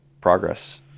progress